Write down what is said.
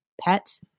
pet